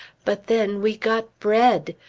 but then, we got bread!